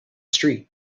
street